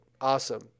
awesome